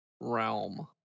realm